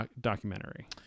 documentary